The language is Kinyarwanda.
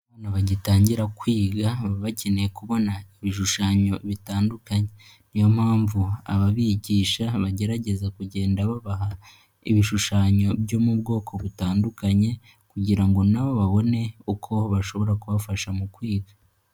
Abana bagitangira kwiga baba bakeneye kubona ibishushanyo bitandukanye ,niyo mpamvu ababigisha bagerageza kugenda babaha ibishushanyo byo mu bwoko butandukanye, kugira ngo nabo babone uko bashobora kubafasha mu kwiga.